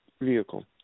vehicle